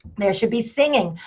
there should be singing,